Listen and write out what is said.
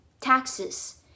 taxes